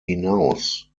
hinaus